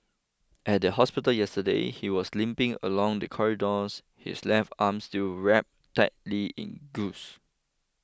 at the hospital yesterday he was limping along the corridors his left arm still wrapped tightly in gauze